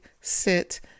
sit